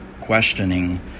questioning